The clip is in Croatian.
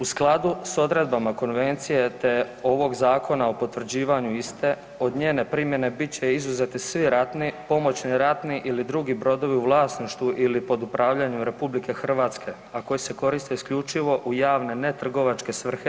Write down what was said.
U skladu sa odredbama konvencije, te ovog Zakona o potvrđivanju iste od njene primjene bit će izuzeti svi ratni, pomoćni ratni ili drugi brodovi u vlasništvu ili pod upravljanjem RH, a koji se koriste isključivo u javne, ne trgovačke svrhe.